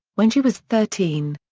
when she was thirteen.